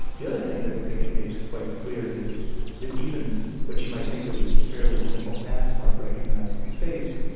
the other thing that i think it makes quite clear is that even what you might think of as a fairly simple task, like recognising a face,